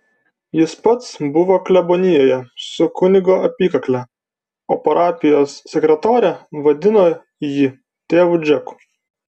jis pats buvo klebonijoje su kunigo apykakle o parapijos sekretorė vadino jį tėvu džeku